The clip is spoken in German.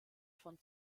von